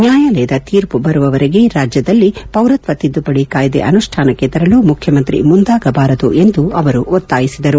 ನ್ಯಾಯಾಲಯದ ತೀರ್ಪು ಬರುವವರೆಗೆ ರಾಜ್ಯದಲ್ಲಿ ಪೌರತ್ವ ತಿದ್ನುಪಡಿ ಕಾಯ್ದೆ ಅನುಷ್ಟಾನಕ್ಕೆ ತರಲು ಮುಖ್ಯಮಂತ್ರಿ ಮುಂದಾಗಬಾರದು ಎಂದು ಅವರು ಒತ್ತಾಯಿಸಿದರು